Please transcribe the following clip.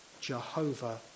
Jehovah